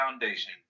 foundation